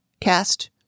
cast